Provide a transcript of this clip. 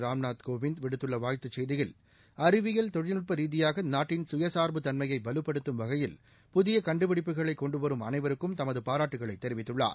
ராம்நாத் கோவிந்த் விடுத்துள்ள வாழ்த்து செய்தியில் அறிவியல் தொழில்நட்ப ரீதியாக நாட்டின் சுயசா்பு தன்மையை வலுப்படுத்தும் வகையில் புதிய கண்டுபிடிப்புகளை கொண்டுவரும் அனைவருக்கும் தமது பாராட்டுகளை தெரிவித்துள்ளார்